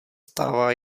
stává